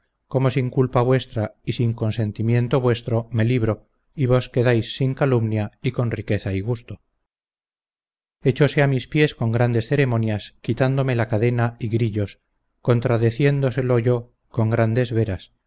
como sin culpa vuestra y sin consentimiento vuestro me libro y vos quedáis sin calumnia y con riqueza y gusto echose a mis pies con grandes ceremonias quitándome la cadena y grillos contradeciéndoselo yo con grandes veras